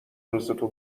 روزتو